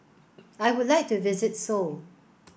I would like to visit Seoul